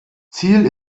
ziel